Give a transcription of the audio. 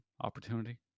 opportunity